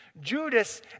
Judas